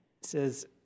says